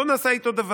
וא נעשה איתו דבר.